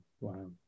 Wow